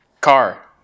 Car